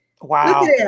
wow